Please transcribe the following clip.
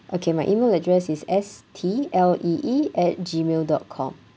okay my email address is S T L E E at gmail dot com